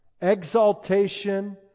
exaltation